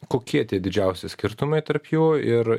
kokie tie didžiausi skirtumai tarp jų ir